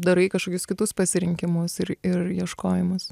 darai kažkokius kitus pasirinkimus ir ir ieškojimus